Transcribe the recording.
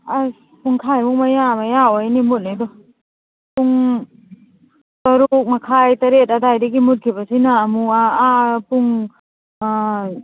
ꯑꯁ ꯄꯨꯡꯈꯥꯏꯃꯨꯛ ꯃꯌꯥꯒ ꯌꯥꯎꯋꯦꯅꯦ ꯃꯨꯠꯂꯤꯗꯣ ꯄꯨꯡ ꯇꯔꯨꯛ ꯃꯈꯥꯏ ꯇꯔꯦꯠ ꯑꯗꯥꯏꯗꯒꯤ ꯃꯨꯠꯈꯤꯕꯁꯤꯅ ꯑꯥ ꯄꯨꯡ ꯑꯥ